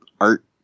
art